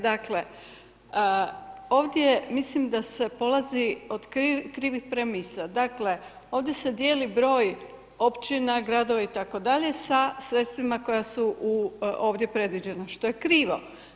Dakle, ovdje, mislim da se polazi od krivih premisa, dakle, ovdje se dijeli broj općina, gradova itd. sa sredstvima koja su ovdje predviđena, što je krivo.